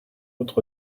autre